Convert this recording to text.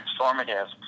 transformative